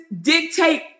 dictate